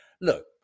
Look